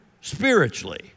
spiritually